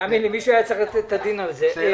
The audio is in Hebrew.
תאמין לי, מישהו היה צריך לתת את הדין על זה.